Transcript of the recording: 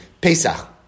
Pesach